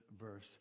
verse